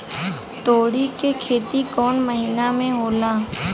तोड़ी के खेती कउन महीना में होला?